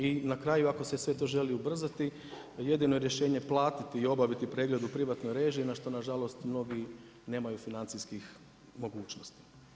I na kraju ako se sve to želi ubrzati, jedino je rješenje platiti i obaviti pregled u privatnoj režiji na što nažalost, mnogi nemaju financijskih mogućnosti.